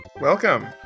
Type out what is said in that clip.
Welcome